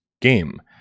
game